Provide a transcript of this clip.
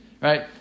right